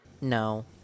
No